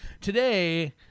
today